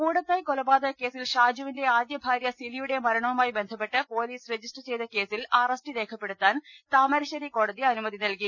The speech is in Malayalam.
കൂടത്തായ് കൊലപാതകകേസിൽ ഷാജുവിന്റെ ആദ്യ ഭാര്യ സിലിയുടെ മരണവുമായി ബന്ധപ്പെട്ട് പോലീസ് റ്ജിസ്റ്റർ ചെയ്ത കേസിൽ അറസ്റ്റ് രേഖപ്പെടുത്താൻ താമൂർശ്ശേരി കോടതി അനുമതി നല്കി